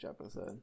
episode